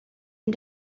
and